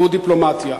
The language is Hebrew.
והוא הדיפלומטיה.